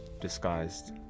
disguised